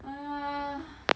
!aiya!